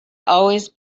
always